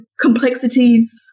complexities